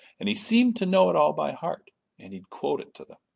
and he seemed to know it all by heart and he'd quote it to them,